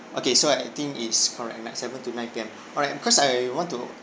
okay so I think it's correct seven to nine P_M alright because I want to